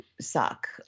suck